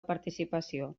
participació